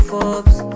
Forbes